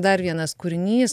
dar vienas kūrinys